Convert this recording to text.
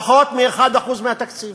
פחות מ-1% מהתקציב.